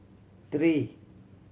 three